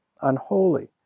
unholy